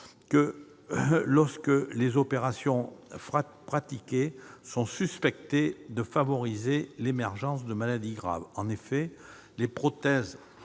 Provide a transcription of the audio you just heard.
lorsque les opérations pratiquées sont suspectées de favoriser l'émergence de maladies graves. En effet, les prothèses